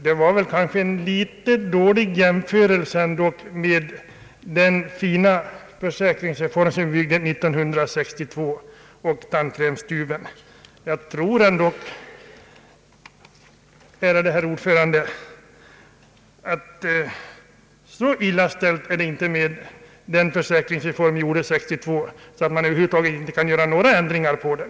Det var väl ändå en ganska dålig jämförelse, när herr Strand liknade det fina försäkringssystemet vid en tub tandkräm. Jag tycker, ärade herr utskottsordförande, att så illa ställt är det inte med den försäkringsreform vi beslöt 1962 även om man som jag ser det behöver göra ändringar i den.